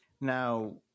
Now